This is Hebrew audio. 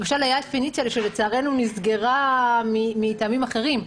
למשל, פניציה, שלצערנו נסגרה מטעמים אחרים.